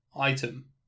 item